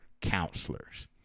counselors